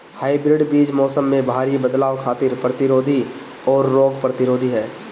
hybrid बीज मौसम में भारी बदलाव खातिर प्रतिरोधी आउर रोग प्रतिरोधी ह